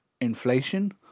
inflation